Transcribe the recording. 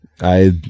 I-